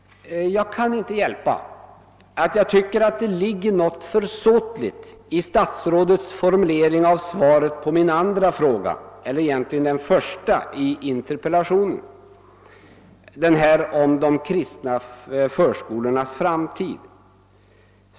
Jag kan inte hjälpa att jag tycker att det ligger något försåtligt i statsrådets formulering av svaret på min andra fråga — eller egentligen på den första frågan i interpellationen — om de kristna förskolornas framtid.